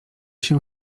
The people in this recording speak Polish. się